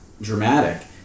dramatic